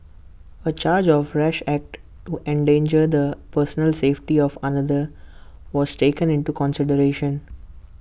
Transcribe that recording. A charge of rash act to endanger the personal safety of another was taken into consideration